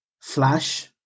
Flash